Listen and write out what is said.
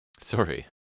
Sorry